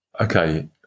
okay